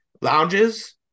lounges